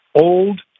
old